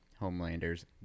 Homelander's